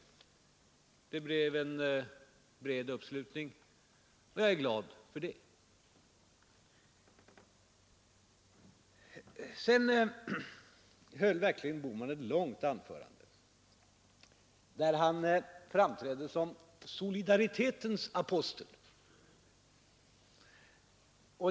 Det blev en bred uppslutning, och jag är glad för det. Herr Bohman höll verkligen ett långt anförande, där han framträdde som solidaritetens apostel.